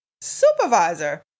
Supervisor